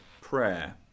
prayer